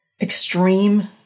extreme